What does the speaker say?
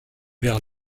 vers